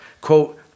Quote